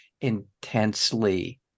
intensely